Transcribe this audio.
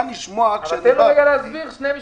אני מוכן לשמוע כשזה --- אבל תן לו להסביר שני משפטים.